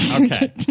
Okay